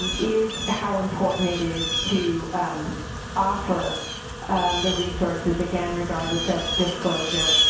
um is how important it is to offer the resources again, regardless of disclosure.